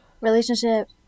relationship